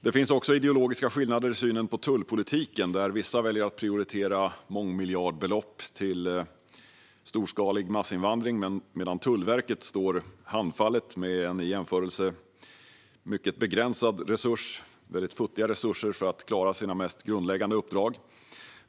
Det finns också ideologiska skillnader i synen på tullpolitiken där vissa väljer att prioritera mångmiljardbelopp till en storskalig massinvandring medan Tullverket står handfallet med i jämförelse futtiga resurser för att klara sina mest grundläggande uppdrag.